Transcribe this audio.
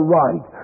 right